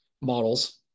models